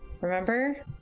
remember